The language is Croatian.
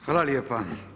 Hvala lijepa.